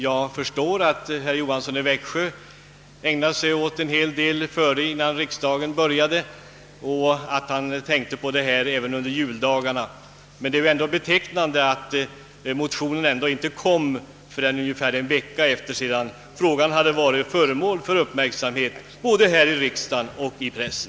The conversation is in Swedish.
Jag förstår att herr Johansson i Växjö ägnar sig åt en hel del saker redan innan riksdagen börjar, och jag tror honom att han tänkte på den här frågan under juldagarna, men det är betecknande att motionen inte väcktes förrän ungefär en vecka efter det att ärendet hade blivit föremål för uppmärksamhet både här i riksdagen och i pressen.